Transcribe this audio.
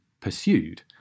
pursued